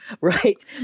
right